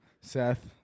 Seth